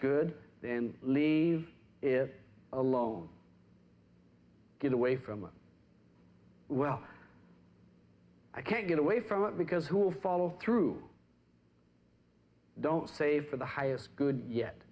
good then leave is a long get away from well i can't get away from it because who will follow through don't save for the highest good yet